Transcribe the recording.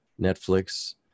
Netflix